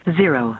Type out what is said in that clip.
zero